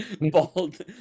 bald